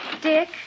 Dick